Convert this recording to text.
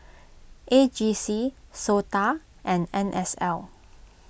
A G C S O T A and N S L